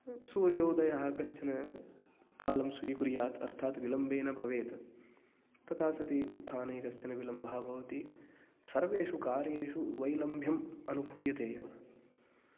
सूर्योदयः कश्चन कालं स्वीकुर्यात् अर्थात् विलम्बेन भवेत् तथा सति उत्थाने कश्चन विलम्भः भवति सर्वेषु कार्येषु वैलम्ब्यम् अनुभूयते एव